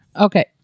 Okay